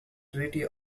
treaty